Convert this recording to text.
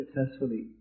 successfully